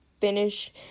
finish